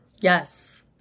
Yes